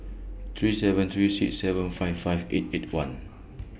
three seven three six seven five five eight eight one